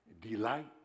delight